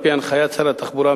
על-פי הנחיית שר התחבורה,